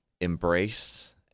embrace